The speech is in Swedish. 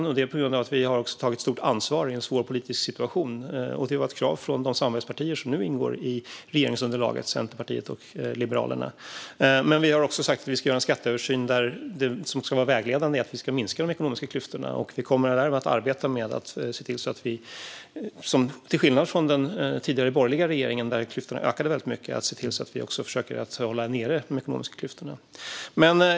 Det ska vi göra på grund av att vi har tagit stort ansvar i en svår politisk situation, och det var ett krav från de samarbetspartier som nu ingår i regeringsunderlaget - Centerpartiet och Liberalerna. Men vi har också sagt att vi ska göra en skatteöversyn där det vägledande ska vara att vi ska minska de ekonomiska klyftorna. Till skillnad från hur det var under den tidigare borgerliga regeringens tid, då klyftorna ökade väldigt mycket, kommer vi att se till att försöka minska de ekonomiska klyftorna.